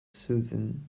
soothing